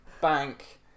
bank